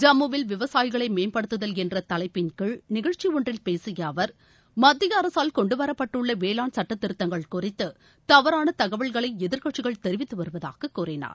ஜம்முவில் விவசாயிகளை மேம்படுத்துதல் என்ற தலைப்பின் கீழ் நிகழ்ச்சி ஒன்றில் பேசிய அவர் மத்திய அரசால் கொண்டுவரப்பட்டுள்ள வேளாண் சுட்டத்திருத்தங்கள் குறித்து தவறான தகவல்களை எதிர்க்கட்சிகள் தெரிவித்து வருவதாகக் கூறினார்